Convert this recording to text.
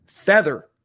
Feather